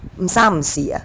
umsa umsi ah